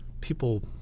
people